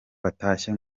batashye